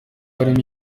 harimo